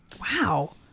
Wow